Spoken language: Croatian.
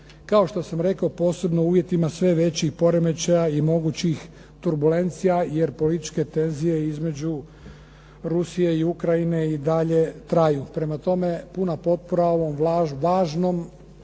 kao što sam rekao posebno u uvjetima sve većih poremećaja i mogućih turbulencija jer političke tenzije između Rusije i Ukrajine i dalje traju. Prema tome, puna potpora ovom važnom